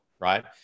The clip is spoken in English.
right